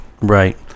right